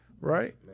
right